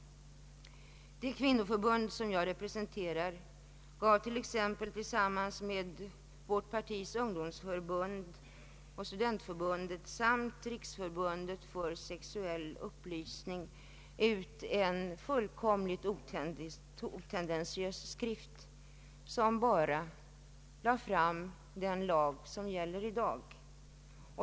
Det kvinnoförbund som jag representerar gav t.ex. tillsammans med vårt partis ungdomsförbund och studentförbundet samt Riksförbundet för sexuell upplysning ut en fullständigt otendentiös skrift som bara lade fram den lag som gäller i dag.